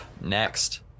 next